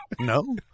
No